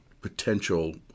potential